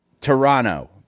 toronto